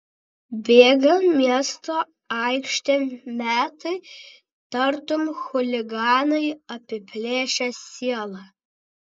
bėga miesto aikštėm metai tartum chuliganai apiplėšę sielą